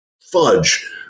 fudge